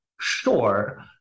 Sure